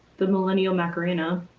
the millennial mac arena.